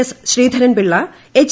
S Sreedharan Pillai H